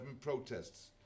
protests